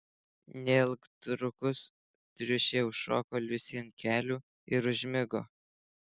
neilgtrukus triušė užšoko liusei ant kelių ir užmigo